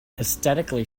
aesthetically